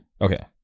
okay